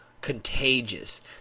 contagious